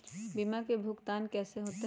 बीमा के भुगतान कैसे होतइ?